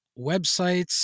websites